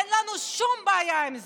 אין לנו שום בעיה עם זה.